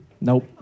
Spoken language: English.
Nope